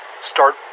start